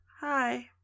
Hi